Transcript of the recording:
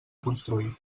construir